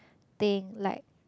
thing like